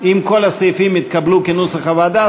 ואם כל הסעיפים יתקבלו כנוסח הוועדה,